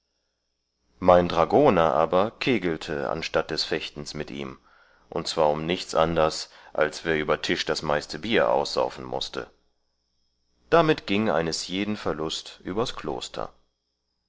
mein dragoner aber kegelte anstatt des fechtens mit ihm und zwar um nichts anders als wer über tisch das meiste bier aussaufen mußte damit gieng eines jeden verlust übers kloster